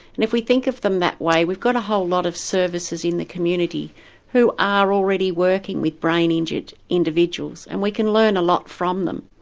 and if we think of them that way we've got a whole lot of services in the community who are already working with brain injured individuals and we can learn a lot from them.